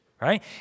right